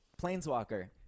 Planeswalker